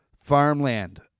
farmland